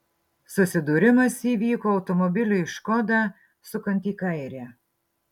susidūrimas įvyko automobiliui škoda sukant į kairę